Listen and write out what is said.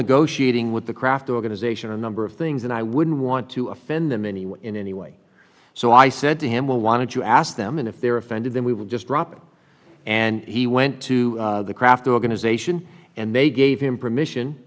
negotiating with the craft organization a number of things and i wouldn't want to offend them anyway in any way so i said to him well why don't you ask them and if they're offended then we will just drop it and he went to the craft organization and they gave him permission